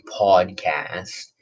podcast